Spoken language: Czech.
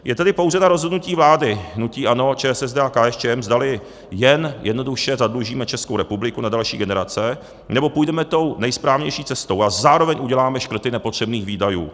Je tedy pouze na rozhodnutí vlády hnutí ANO, ČSSD a KSČM, zdali jen jednoduše zadlužíme Českou republiku na další generace, nebo půjdeme tou nejsprávnější cestou a zároveň uděláme škrty nepotřebných výdajů.